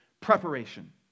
preparation